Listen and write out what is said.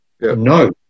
No